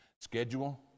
schedule